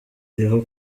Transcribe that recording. iriho